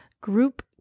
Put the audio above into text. group